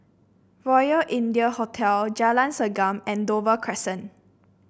Royal India Hotel Jalan Segam and Dover Crescent